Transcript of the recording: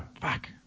Fuck